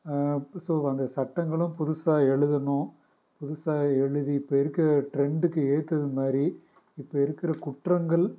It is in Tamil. ஸோ அந்த சட்டங்களும் புதுசாக எழுதணும் புதுசாக எழுதி இப்போ இருக்கற ட்ரெண்டுக்கு ஏற்றது மாதிரி இப்போ இருக்கிற குற்றங்கள்